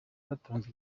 batanze